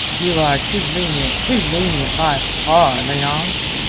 you are too lenient, too lenient by far, leonce,